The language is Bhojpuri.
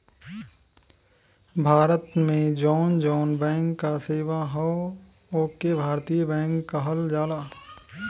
भारत में जौन जौन बैंक क सेवा हौ ओके भारतीय बैंक कहल जाला